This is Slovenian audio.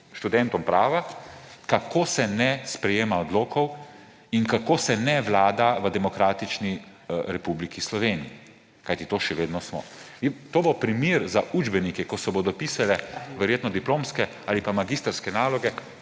študentom prava, kako se ne sprejema odlokov in kako se ne vlada v demokratični Republiki Sloveniji, kajti to še vedno smo. In to bo primer za učbenike, ko se bodo pisale verjetno diplomske ali pa magistrske naloge,